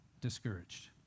discouraged